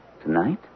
Tonight